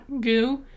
goo